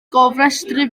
gofrestru